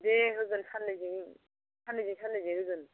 दे होगोन साननैजों साननैजों साननैजों होगोन